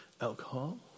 alcohol